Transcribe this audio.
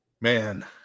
Man